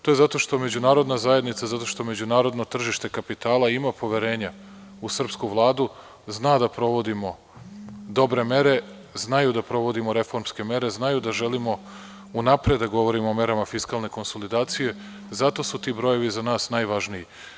To je zato što međunarodna zajednica, zato što međunarodno tržište kapitala ima poverenja u srpsku Vladu, zna da provodimo dobre mere, znaju da provodimo reformske mere, znaju da želimo unapred da govorimo o merama fiskalne konsolidacije i zato su ti brojevi za nas najvažniji.